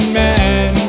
man